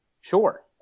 sure